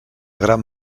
gran